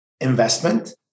investment